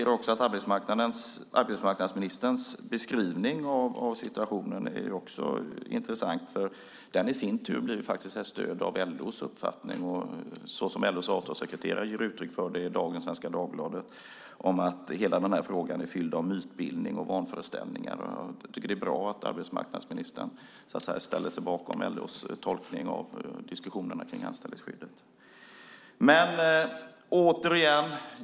Arbetsmarknadsministerns beskrivning av situationen är intressant. Den i sin tur blir ett stöd för LO:s uppfattning. Som LO:s avtalssekreterare ger uttryck för i Svenska Dagbladet i dag är hela den här frågan fylld av mytbildning och vanföreställningar. Jag tycker att det är bra att arbetsmarknadsministern ställer sig bakom LO:s tolkning och diskussion om anställningsskyddet.